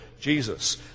Jesus